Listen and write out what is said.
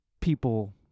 people